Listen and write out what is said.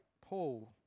Paul